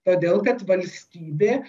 todėl kad valstybė